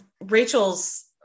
Rachel's